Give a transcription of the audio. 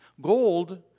Gold